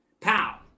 Pow